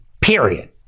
period